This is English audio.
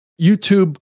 YouTube